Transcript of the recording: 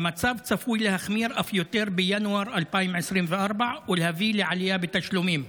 והמצב צפוי להחמיר אף יותר בינואר 2024 ולהביא לעלייה בתשלומים.